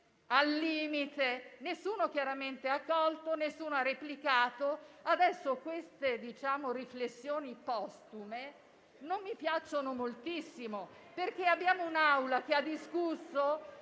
al limite. Nessuno ha risposto; nessuno ha replicato. Adesso, queste riflessioni postume non mi piacciono moltissimo, perché l'Assemblea ha già discusso.